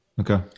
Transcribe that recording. Okay